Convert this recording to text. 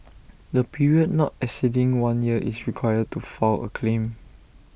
A period not exceeding one year is required to file A claim